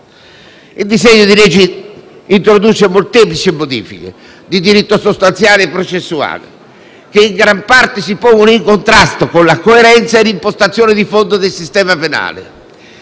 il disegno di legge introduce molteplici modifiche di diritto sostanziale e processuale, che in gran parte si pongono in contrasto con la coerenza e l'impostazione di fondo del sistema penale.